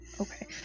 Okay